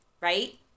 Right